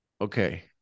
Okay